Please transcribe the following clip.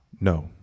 No